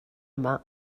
yma